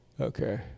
Okay